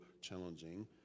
challenging